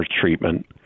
treatment